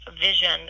vision